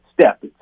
step